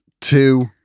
two